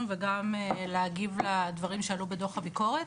וגם להגיב לדברים שעלו בדוח הביקורת.